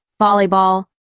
volleyball